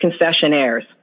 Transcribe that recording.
concessionaires